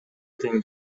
тең